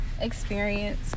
experience